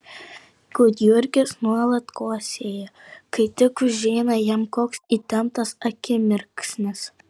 gudjurgis nuolat kosėja kai tik užeina jam koks įtemptas akimirksnis